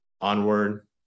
Onward